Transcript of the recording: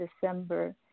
December